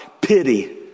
pity